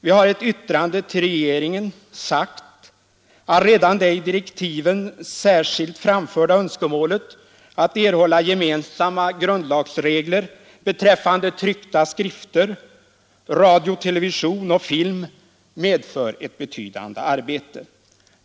Vi har i ett yttrande till regeringen anfört att det redan i direktiven särskilt framförda önskemålet att erhålla gemensamma grundlagsregler beträffande tryckta skrifter, radio, television och film medför ett betydande arbete.